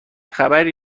خبری